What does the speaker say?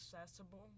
accessible